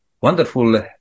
wonderful